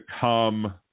come